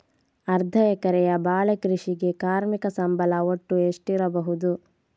ಅರ್ಧ ಎಕರೆಯ ಬಾಳೆ ಕೃಷಿಗೆ ಕಾರ್ಮಿಕ ಸಂಬಳ ಒಟ್ಟು ಎಷ್ಟಿರಬಹುದು?